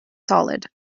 solid